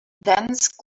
dense